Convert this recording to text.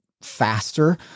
faster